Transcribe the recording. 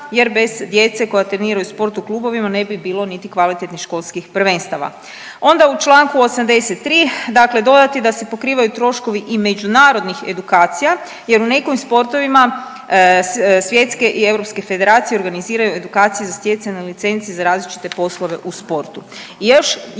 jer bez djece koja treniraju sport u klubovima ne bi bilo niti kvalitetnih školskih prvenstava. Onda u čl. 83., dakle dodati da se pokrivaju troškovi i međunarodnih edukacija jer u nekim sportovima svjetske i europske federacije organiziraju edukacije za stjecanje licence za različite poslove u sportu.